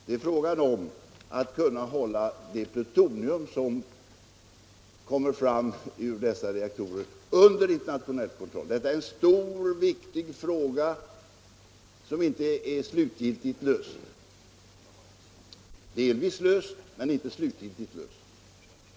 Vad hon har talat om är att hålla det plutonium som kommer fram ur dessa reaktorer under internationell kontroll. Detta är en stor och viktig fråga, som är delvis men inte slutgiltigt löst.